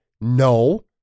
No